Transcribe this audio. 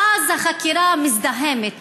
ואז החקירה מזדהמת,